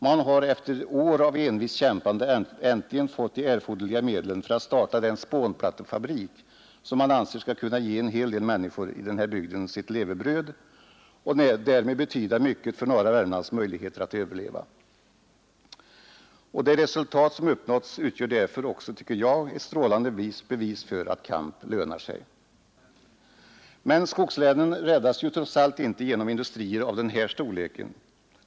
Man har efter år av envist kämpande äntligen fått de erforderliga medlen för att starta den spånplattefabrik som man anser skall kunna ge en hel del människor i bygden sitt levebröd och därmed betyda mycket för norra Värmlands möjligheter att överleva. Det resultat som uppnåtts utgör därför, tycker jag, ett strålande bevis för att kamp lönar sig. Men skogslänen räddas trots allt inte genom industrier av den här storleken.